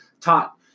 taught